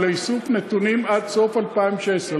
הוא לאיסוף נתונים עד סוף 2016,